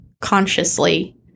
consciously